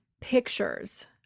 pictures